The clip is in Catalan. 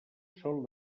són